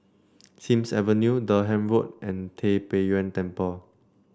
Sims Avenue Durham Road and Tai Pei Yuen Temple